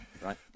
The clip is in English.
right